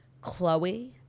Chloe